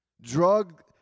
Drug